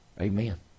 Amen